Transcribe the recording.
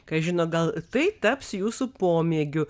kas žino gal tai taps jūsų pomėgiu